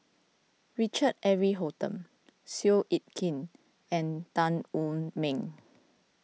Richard Eric Holttum Seow Yit Kin and Tan Wu Meng